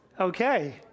Okay